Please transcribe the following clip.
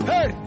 Hey